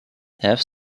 have